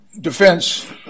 defense